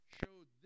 showed